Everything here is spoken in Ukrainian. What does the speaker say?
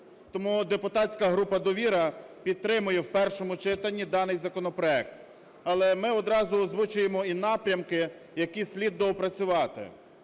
Тому депутатська група "Довіра" підтримує в першому читанні даний законопроект. Але ми одразу озвучуємо і напрямки, які слід доопрацювати.